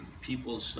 people